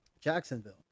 jacksonville